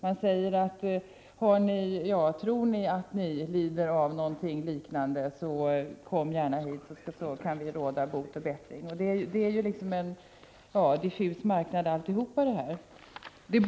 Man säger ungefär: Tror ni att ni lider av någonting liknande, så kan vi ge bot och bättring. Det handlar om en diffus marknad alltihop.